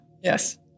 Yes